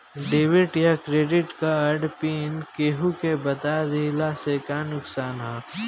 Debit या credit card pin केहूके बता दिहला से का नुकसान ह?